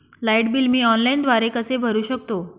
Light bill मी ऑनलाईनद्वारे कसे भरु शकतो?